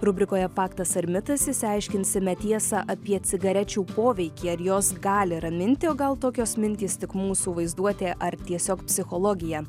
rubrikoje paktas ar mitas išsiaiškinsime tiesą apie cigarečių poveikį ar jos gali raminti o gal tokios mintys tik mūsų vaizduotė ar tiesiog psichologija